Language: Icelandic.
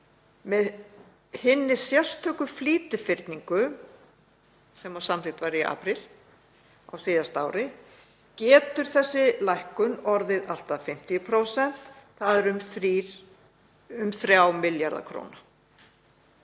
Með hinni sérstöku flýtifyrningu sem samþykkt var í apríl á síðasta ári getur þessi lækkun orðið allt að 50%, þ.e. um 3 milljarðar kr.